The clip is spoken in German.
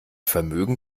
vermögen